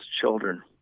children